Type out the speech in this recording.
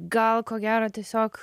gal ko gero tiesiog